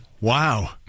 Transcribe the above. Wow